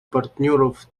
партнеров